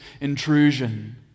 intrusion